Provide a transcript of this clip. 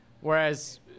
whereas